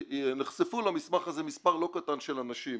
נחשפו למסמך הזה מספר לא קטן של אנשים,